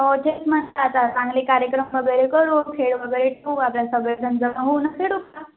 हो तेच म्हण आता चांगले कार्यक्रम वगैरे करू खेळ वगैरे ठेवू आपल्या सगळेजण जमा होऊन खेळूया